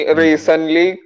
recently